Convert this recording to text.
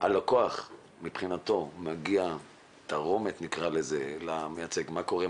הלקוח מבחינתי מביע תרעומת למייצג 'מה קורה,